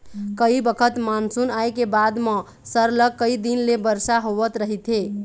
कइ बखत मानसून आए के बाद म सरलग कइ दिन ले बरसा होवत रहिथे